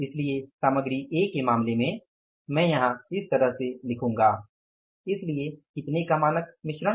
इसलिए सामग्री ए के मामले में मैं यहां इस तरह से लिखूंगा इसलिए कितने का मानक मिश्रण